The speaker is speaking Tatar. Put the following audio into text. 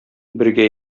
бергә